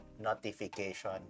notification